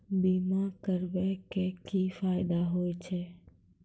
बीमा करबै के की फायदा होय छै?